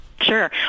Sure